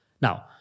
Now